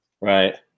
Right